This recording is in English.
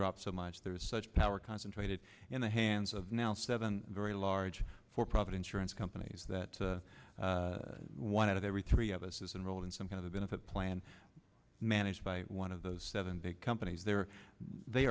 drop so much there is such power concentrated in the hands of now seven very large for profit insurance companies that one out of every three of us is enroll in some kind of benefit plan managed by one of those seven big companies there they